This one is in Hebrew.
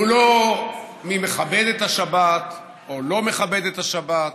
הוא לא מי מכבד את השבת או לא מכבד את השבת.